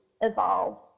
evolve